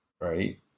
right